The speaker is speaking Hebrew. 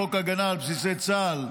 חוק הגנה על בסיסי צה"ל,